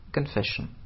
Confession